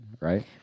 right